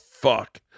fuck